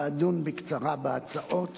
ואדון בקצרה בהצעות